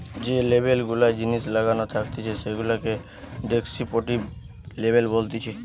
যে লেবেল গুলা জিনিসে লাগানো থাকতিছে সেগুলাকে ডেস্ক্রিপটিভ লেবেল বলতিছে